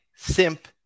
simp